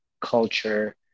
culture